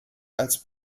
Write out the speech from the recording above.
als